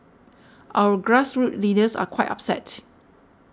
our grassroots leaders are quite upset